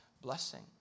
blessing